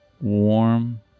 warm